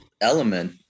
element